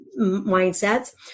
mindsets